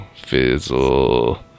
fizzle